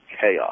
chaos